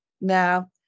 Now